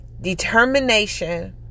determination